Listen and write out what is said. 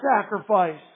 sacrifice